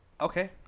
Okay